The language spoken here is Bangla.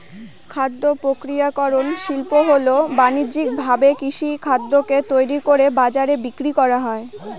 খাদ্য প্রক্রিয়াকরন শিল্প হল বানিজ্যিকভাবে কৃষিখাদ্যকে তৈরি করে বাজারে বিক্রি করা